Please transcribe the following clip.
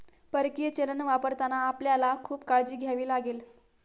परकीय चलन वापरताना आपल्याला खूप काळजी घ्यावी लागेल